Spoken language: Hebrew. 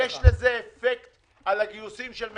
אין קשר בין האם התקציב יאושר או לא ומתי,